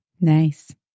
nice